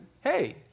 hey